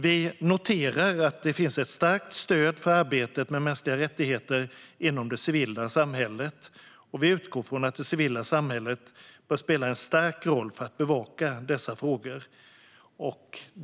Vi noterar att det finns ett starkt stöd för arbetet med mänskliga rättigheter inom det civila samhället. Vi utgår från att det civila samhället bör spela en viktig roll för att bevaka dessa frågor.